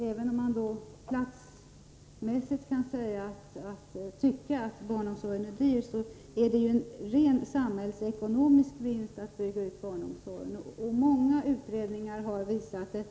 Även om man platsmässigt kan tycka att barnomsorgen är dyr, är det en ren samhällsekonomisk vinst att bygga ut barnomsorgen. Många utredningar har visat det.